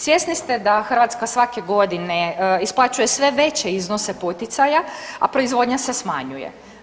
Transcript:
Svjesni ste da Hrvatska svake godine isplaćuje sve veće iznose poticaja a proizvodnja se smanjuje.